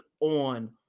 on